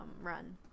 run